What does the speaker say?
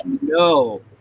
no